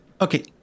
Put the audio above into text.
Okay